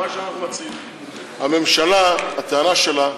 מה שאנחנו מציעים, הממשלה, הטענה שלה,